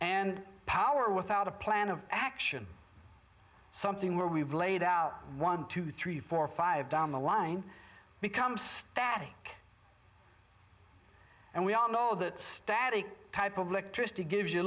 and power without a plan of action something where we've laid out one two three four five down the line becomes static and we all know that static type of electricity gives you a